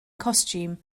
costume